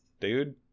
dude